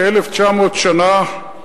כ-1,900 שנה,